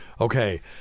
okay